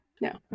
No